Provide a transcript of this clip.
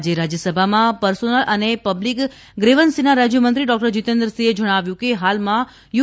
આજે રાજ્યસભામાં પર્સોનલ અને પબ્લિક ગ્રીવન્સીના રાજ્યમંત્રી ડોક્ટર જીતેન્દ્રસિંહે જણાવ્યું કે હાલમાં યુ